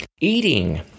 eating